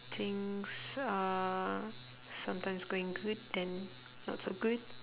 things are sometimes going good then not so good